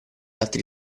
altri